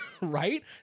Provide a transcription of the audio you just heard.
Right